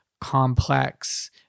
complex